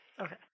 Okay